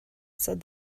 said